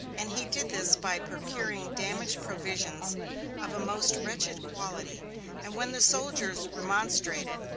and he did this by procuring damaged provisions of a most wretched quality and when the soldiers remonstrated,